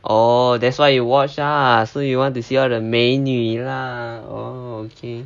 oh that's why you watch lah so you want to see all the 美女 lah oh okay